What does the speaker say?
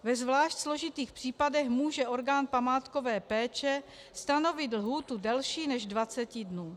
Ve zvlášť složitých případech může orgán památkové péče stanovit lhůtu delší než 20 dnů.